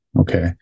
okay